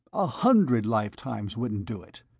a hundred lifetimes wouldn't do it!